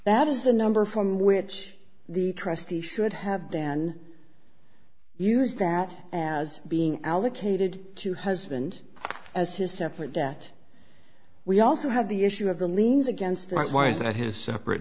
that is the number from which the trustee should have then use that as being allocated to husband as his separate debt we also have the issue of the liens against him why is that his separate